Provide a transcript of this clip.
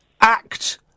act